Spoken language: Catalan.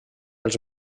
els